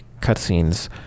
cutscenes